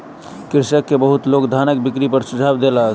कृषक के बहुत लोक धानक बिक्री पर सुझाव देलक